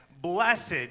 Blessed